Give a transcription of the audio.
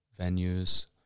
venues